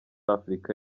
afurika